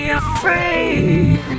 afraid